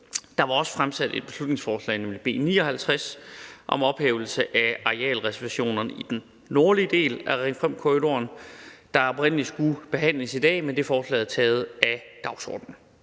Der er også fremsat et beslutningsforslag, B 59, om ophævelse af arealreservationer i den nordlige Ring 5-transportkorridor, der oprindelig skulle behandles i dag, men det forslag er taget af dagsordenen.